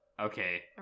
Okay